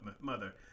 mother